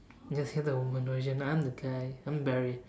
yes you're the woman version I'm the guy I'm Barry